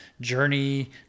Journey